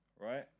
right